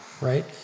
right